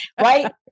right